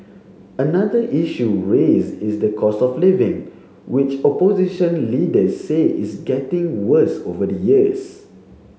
another issue raised is the cost of living which opposition leaders say is getting worse over the years